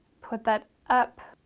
put that up